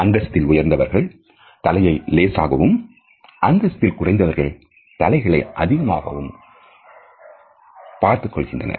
அந்தஸ்தில் உயர்ந்தவர்கள் தலையை லேசாகவும் அந்தஸ்தில் குறைந்தவர்கள் தலைகளை அதிகமாகவும் பார்த்துக் கொள்கின்றன